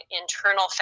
internal